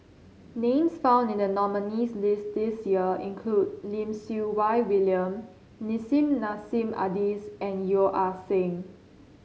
names found in the nominees' list this year include Lim Siew Wai William Nissim Nassim Adis and Yeo Ah Seng